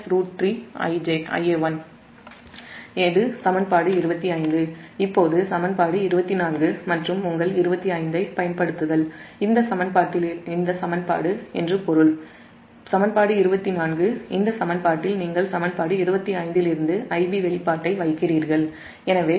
இது சமன்பாடு 25 இப்போது சமன்பாடு 24 மற்றும் உங்கள் சமன்பாடு 25 ஐப் பயன்படுத்துதல் இந்த சமன்பாடு 24 இலிருந்து Ib வெளிப்பாட்டை சமன்பாடு 25ல் வைக்கிறீர்கள் என்று பொருள்